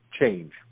change